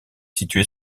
située